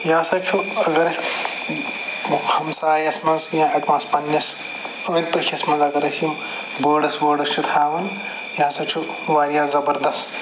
یہِ ہسا چھُ اَگر أسۍ ہمسایَس منٛز یا پَنٛنِس أنٛدۍ پٔکِس منٛز اَگر اَسہِ یِم بٲڈٕس وٲڈٕس چھِ تھاوان یہِ ہسا چھُ واریاہ زَبردست